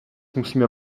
musíme